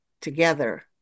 together